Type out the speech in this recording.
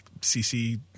CC